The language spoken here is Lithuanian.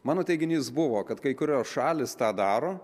mano teiginys buvo kad kai kurios šalys tą daro